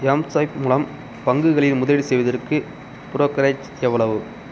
mSwipe மூலம் பங்குகளில் முதலீடு செய்வதற்கு ப்ரோக்கரேஜ் எவ்வளவு